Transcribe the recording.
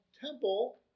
temple